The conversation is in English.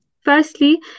Firstly